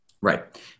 Right